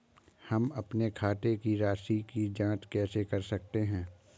हम अपने खाते की राशि की जाँच कैसे कर सकते हैं?